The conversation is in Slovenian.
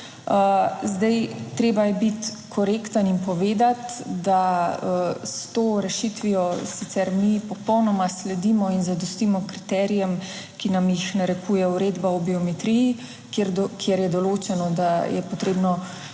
Zdaj, treba je biti korekten in povedati, da s to rešitvijo sicer mi popolnoma sledimo in zadostimo kriterijem, ki nam jih narekuje uredba o biometriji, kjer je določeno, da je potrebno